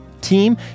team